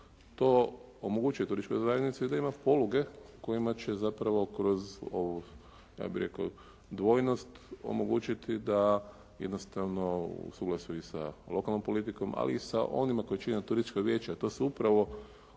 To omogućuje turističkoj zajednici da ima poluge kojima će zapravo kroz dvojnost omogućiti da jednostavno usuglasi sa lokalnom politikom ali i sa onima koji će imati turistička vijeća a to su upravo